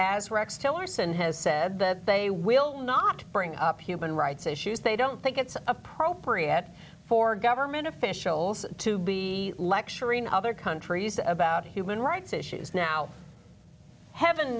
as rex tillerson has said that they will not bring up human rights issues they don't think it's appropriate for government officials to be lecturing other countries about human rights issues now heaven